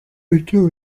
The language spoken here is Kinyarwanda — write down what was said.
icyo